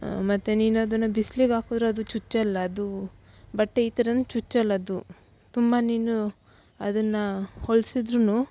ಮತ್ತು ನೀನು ಅದನ್ನು ಬಿಸ್ಲಿಗೆ ಹಾಕಿದರೆ ಅದು ಚುಚ್ಚಲ್ಲ ಅದು ಬಟ್ಟೆ ಈ ಥರನೇ ಚುಚ್ಚಲ್ಲ ಅದು ತುಂಬ ನೀನು ಅದನ್ನು ಹೋಲ್ಸಿದ್ರೂ